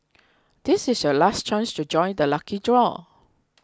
this is your last chance to join the lucky draw